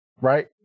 Right